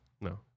no